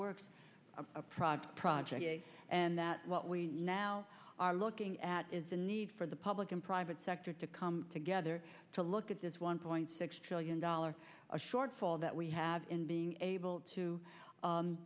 works project project and that what we now are looking at is the need for the public and private sector to come together to look at this one point six trillion dollars shortfall that we have in being able to